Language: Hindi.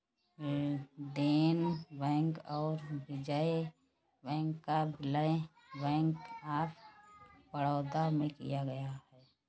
देना बैंक और विजया बैंक का विलय बैंक ऑफ बड़ौदा में किया गया है